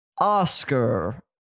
Oscar